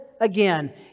again